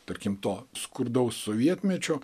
tarkim to skurdaus sovietmečio